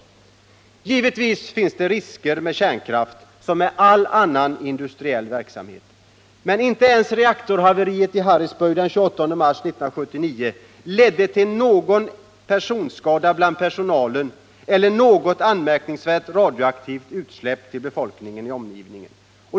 Givetvis finns det risker med kärnkraften som med all annan industriell verksamhet. Men inte ens reaktorhaveriet i Harrisburg den 28 mars 1979 ledde till någon personskada bland personalen eller något anmärkningsvärt radioaktivt utsläpp till befolkningen i omgivningen.